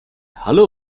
hello